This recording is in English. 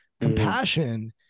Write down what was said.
Compassion